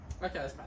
Okay